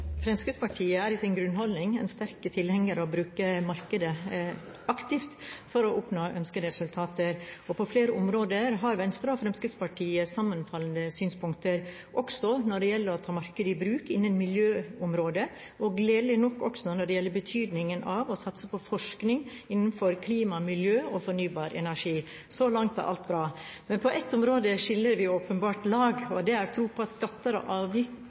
Fremskrittspartiet er i sin grunnholdning en sterk tilhenger av å bruke markedet aktivt for å oppnå ønskede resultater. På flere områder har Venstre og Fremskrittspartiet sammenfallende synspunkter, også når det gjelder å ta markedet i bruk på miljøområdet, og gledelig nok også når det gjelder betydningen av å satse på forskning innenfor klima og miljø og fornybar energi. Så langt er alt bra. Men på ett område skiller vi åpenbart lag, og det er i troen på at skatter